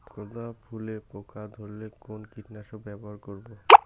গাদা ফুলে পোকা ধরলে কোন কীটনাশক ব্যবহার করব?